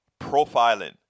Profiling